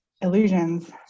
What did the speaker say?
illusions